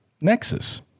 Nexus